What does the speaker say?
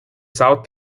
south